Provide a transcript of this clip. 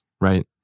right